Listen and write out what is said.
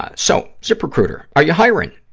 so, ziprecruiter, are you hiring?